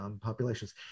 populations